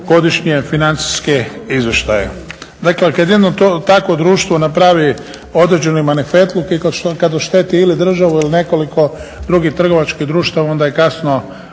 godišnje, financijske izvještaje. Dakle kad jedno to takvo društvo napravi određeni manifetluk i kad ošteti ili državu ili nekoliko drugih trgovačkih društava onda je kasno